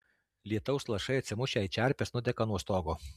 lietaus lašai atsimušę į čerpes nuteka nuo stogo